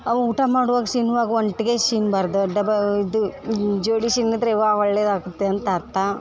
ಅವ್ ಊಟ ಮಾಡ್ವಾಗ ಸೀನ್ವಾಗ ಒಂಟ್ಗೆ ಸೀನ್ಬಾರ್ದು ಡೆಬ ಇದು ಜೋಡಿ ಸೀನಿದ್ರೆ ಯವ್ವ ಒಳ್ಳೆಯದಾಗುತ್ತೆ ಅಂತ ಅರ್ಥ